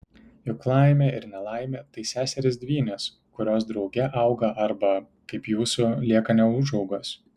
juk laimė ir nelaimė tai seserys dvynės kurios drauge auga arba kaip jūsų lieka neūžaugos